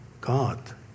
God